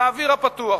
לאוויר הפתוח.